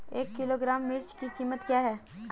एक किलोग्राम मिर्च की कीमत क्या है?